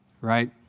right